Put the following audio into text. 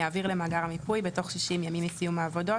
יעביר למאגר המיפוי בתוך 60 ימים מסיום העבודות